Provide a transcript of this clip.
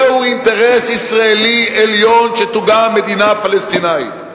זה אינטרס ישראלי עליון שתוקם מדינה פלסטינית.